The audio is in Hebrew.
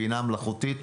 בינה מלאכותית,